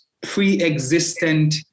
pre-existent